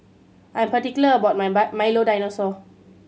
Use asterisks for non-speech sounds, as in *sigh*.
I'm particular about my *unintelligible* Milo Dinosaur